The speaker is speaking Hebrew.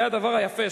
זה הדבר היפה,